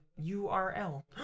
U-R-L